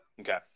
Okay